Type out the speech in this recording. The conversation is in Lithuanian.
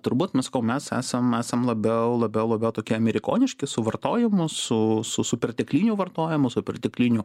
turbūt nu sakau mes esam esam labiau labiau labiau tokie amerikoniški su vartojimu su su su pertekliniu vartojimu su pertekliniu